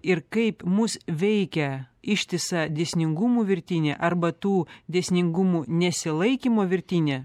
ir kaip mus veikia ištisa dėsningumų virtinė arba tų dėsningumų nesilaikymo virtinė